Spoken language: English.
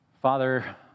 Father